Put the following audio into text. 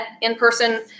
in-person